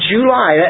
July